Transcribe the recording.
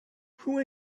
who